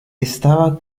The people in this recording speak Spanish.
estaba